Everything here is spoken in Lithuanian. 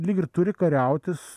lyg ir turi kariauti s